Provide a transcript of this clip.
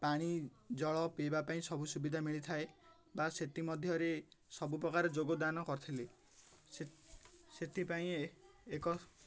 ପାଣି ଜଳ ପିଇବା ପାଇଁ ସବୁ ସୁବିଧା ମିଳିଥାଏ ବା ସେଥିମଧ୍ୟରେ ସବୁପ୍ରକାର ଯୋଗଦାନ କରିଥିଲେ ସେଥିପାଇଁ ଏକ